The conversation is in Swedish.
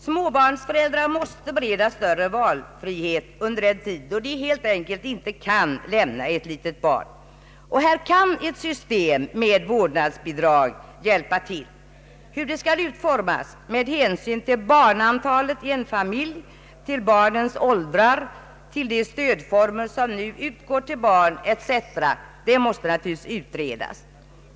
Småbarnsföräldrar måste beredas större valfrihet under den tid då de helt enkelt inte kan lämna ett litet barn. Här kan ett system med vårdnadsbidrag hjälpa till. Hur det skall utformas med hänsyn till barnantalet i en familj, till barnens åldrar och till de stödformer som redan finns måste naturligtvis utredas.